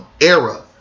era